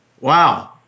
Wow